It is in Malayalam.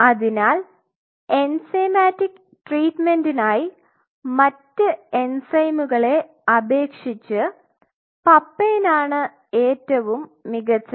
അതിനാൽ എൻസൈമാറ്റിക് ട്രീറ്റ്മെൻറ്നായി മറ്റ് എൻസൈമുകളെ അപേക്ഷിച്ച് പപ്പൈൻ ആണ് ഏറ്റവും മികച്ചത്